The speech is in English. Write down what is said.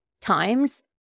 times